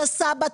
את הסבא,